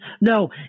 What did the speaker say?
No